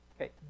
Okay